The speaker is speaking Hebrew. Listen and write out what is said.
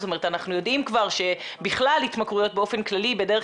אנחנו יודעים כבר שבכלל התמכרויות באופן כללי בדרך